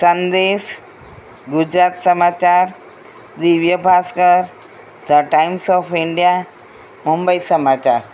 સંદેશ Gujarat Samachar Divya Bhaskar the Times of India Mumbai સમાચાર